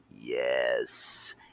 yes